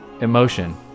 emotion